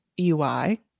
ui